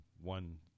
one